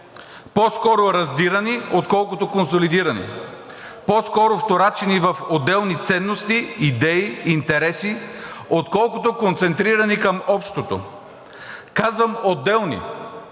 По-скоро раздирани, отколкото консолидирани. По-скоро вторачени в отделни ценности, идеи, интереси, отколкото концентрирани към общото. Казвам „отделни“,